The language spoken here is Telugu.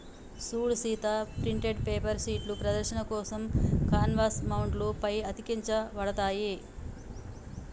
సూడు సీత ప్రింటెడ్ పేపర్ షీట్లు ప్రదర్శన కోసం కాన్వాస్ మౌంట్ల పై అతికించబడతాయి